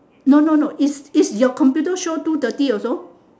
no no no is is your computer show two thirty also